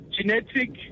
genetic